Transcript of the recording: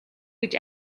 гэж